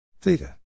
theta